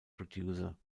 producer